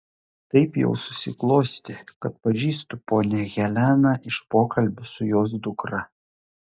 taip jau susiklostė kad pažįstu ponią heleną iš pokalbių su jos dukra